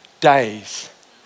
days